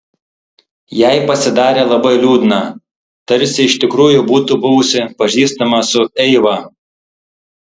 jai pasidarė labai liūdna tarsi iš tikrųjų būtų buvusi pažįstama su eiva